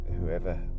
whoever